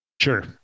Sure